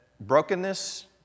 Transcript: brokenness